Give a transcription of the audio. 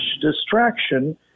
distraction